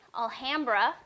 Alhambra